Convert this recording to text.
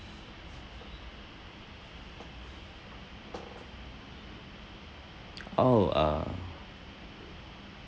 orh uh